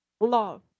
love